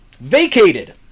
vacated